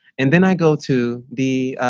and then i go to the